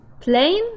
plane